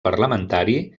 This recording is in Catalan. parlamentari